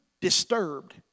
disturbed